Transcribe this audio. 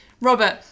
Robert